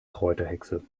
kräuterhexe